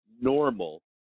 normal